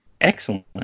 Excellent